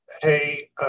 Hey